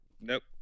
Nope